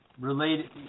related